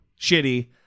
shitty